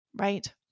Right